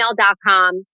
gmail.com